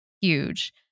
huge